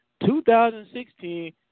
2016